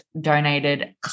donated